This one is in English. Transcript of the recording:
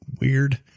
weird